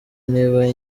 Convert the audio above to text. niba